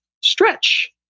stretch